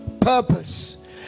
purpose